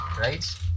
right